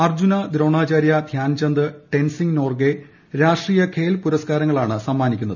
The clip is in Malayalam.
അർജ്ജുന ദ്രോണാചാര്യ ധ്യാൻചന്ദ് ടെൻസിംഗ് നോർഗെ രാഷ്ട്രീയഖേൽ പുരസ്കാരങ്ങളാണ് സമ്മാനിക്കുന്നത്